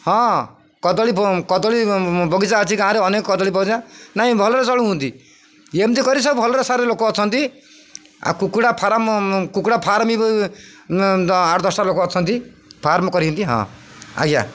ହଁ କଦଳୀ କଦଳୀ ବଗିଚା ଅଛି ଗାଁରେ ଅନେକ କଦଳୀ ବଗିଚା ନାଇଁ ଭଲରେ ଚଳୁଛନ୍ତି ଏମିତି କରି ସବୁ ଭଲରେ ସାରେ ଲୋକ ଅଛନ୍ତି ଆଉ କୁକୁଡ଼ା ଫାର୍ମ କୁକୁଡ଼ା ଫାର୍ମ ଆଠ ଦଶଟା ଲୋକ ଅଛନ୍ତି ଫାର୍ମ କରିଛନ୍ତି ହଁ ଆଜ୍ଞା